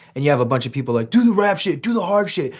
and you have a bunch of people like do the rap shit, do the hard shit,